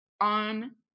On